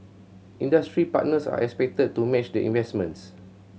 industry partners are expected to match the investments